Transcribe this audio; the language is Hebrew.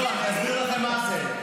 לא, אני אסביר לכם מה זה.